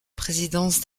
présidence